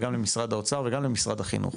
גם למשרד האוצר וגם למשרד החינוך.